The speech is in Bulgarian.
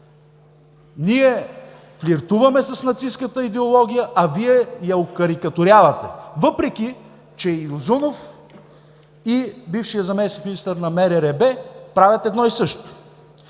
Ние флиртуваме с нацистката идеология, а Вие я окарикатурявате, въпреки че и Узунов, и бившият заместник-министър на МРРБ правят едно и също.